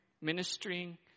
ministering